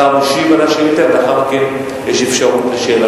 השר משיב על השאילתא, ולאחר מכן יש אפשרות לשאלה